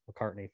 mccartney